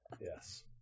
Yes